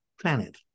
planet